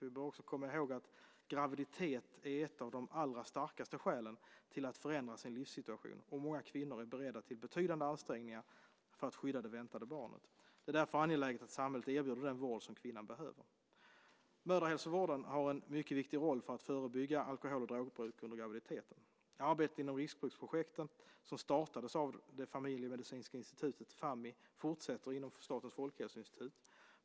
Vi bör också komma ihåg att graviditet är ett av de allra starkaste skälen till att förändra sin livssituation, och många kvinnor är beredda till betydande ansträngningar för att skydda det väntade barnet. Det är därför angeläget att samhället erbjuder den vård som kvinnan behöver. Mödrahälsovården har en mycket viktig roll för att förebygga alkohol och drogbruk under graviditeten. Arbetet inom Riskbruksprojektet, som startades av det familjemedicinska institutet, Fammi, fortsätter inom Statens folkhälsoinstitut.